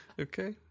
Okay